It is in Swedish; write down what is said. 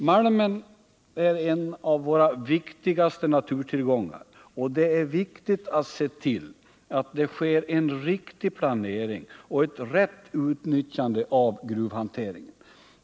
Malmen är en av våra viktigaste naturtillgångar, och det är viktigt att se till att det sker en riktig planering och ett rätt utnyttjande av gruvhanteringen.